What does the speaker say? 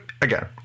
again